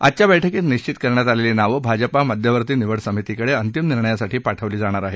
आजच्या बैठकीत निश्चित करण्यात आलेली नावं भाजपा मध्यवर्ती निवड समितीकडे अंतिम निर्णयासाठी पाठवली जाणार आहेत